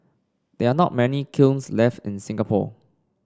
there are not many kilns left in Singapore